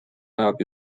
ajab